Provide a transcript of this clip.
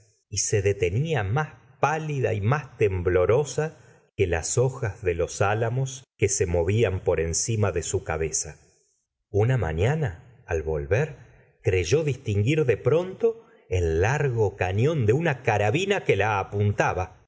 t se detenía más pálida y tomo i gustavo flaubert más temblorosa que las hojas de los álamos que se movían por encima de su cabeza una mariana al volver creyó distinguir de prom to el largo cañón de una carabina que la apuntaba